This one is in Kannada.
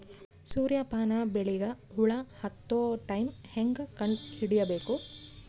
ಸೂರ್ಯ ಪಾನ ಬೆಳಿಗ ಹುಳ ಹತ್ತೊ ಟೈಮ ಹೇಂಗ ಕಂಡ ಹಿಡಿಯಬೇಕು?